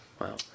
Wow